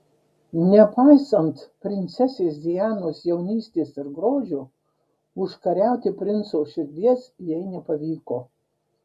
nepaisant princesės dianos jaunystės ir grožio užkariauti princo širdies jai nepavyko